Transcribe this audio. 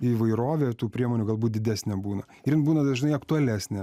įvairovė tų priemonių galbūt didesnė būna ir jin būna dažnai aktualesnė